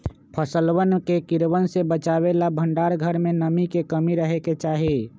फसलवन के कीड़वन से बचावे ला भंडार घर में नमी के कमी रहे के चहि